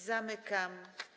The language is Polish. Zamykam.